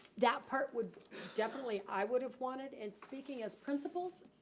that part would definitely, i would have wanted and speaking as principals,